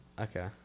okay